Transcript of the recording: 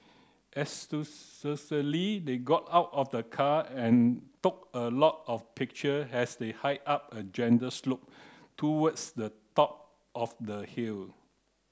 they got out of the car and took a lot of picture as they hiked up a gentle slope towards the top of the hill